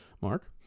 Mark